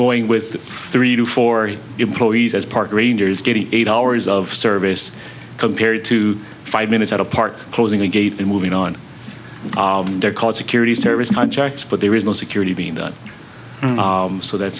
going with three to four employees as park rangers getting eight hours of service compared to five minutes at a park closing the gate and moving on they're called security service contracts but there is no security being done so that's